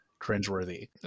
cringeworthy